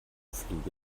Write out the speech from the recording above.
flüge